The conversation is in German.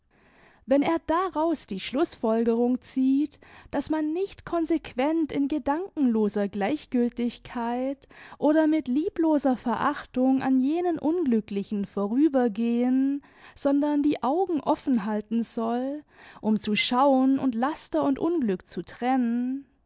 wenn er daraus die schlußfolgerung zieht daß man nicht konsequent in gedankenloser gleichgültigkeit oder mit liebloser verachtung an jenen unglücklichen vorübergehen sondern die augen offen halten soll um zu schauen und laster und unglück zu trennen